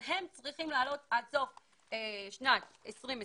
הם צריכים לעלות עד סוף שנת 2020,